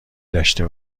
داشته